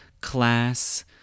class